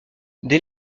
dès